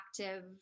active